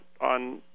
on